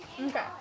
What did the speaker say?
Okay